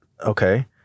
Okay